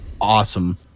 awesome